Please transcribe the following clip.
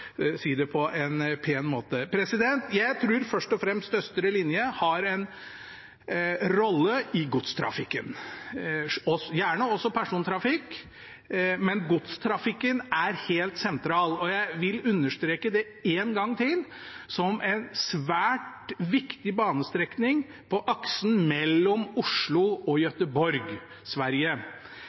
si det på en pen måte. Jeg tror først og fremst østre linje har en rolle i godstrafikken, og gjerne også persontrafikken. Men godstrafikken er helt sentral – og jeg vil understreke det en gang til – som en svært viktig banestrekning på aksen mellom Oslo og Göteborg, Sverige.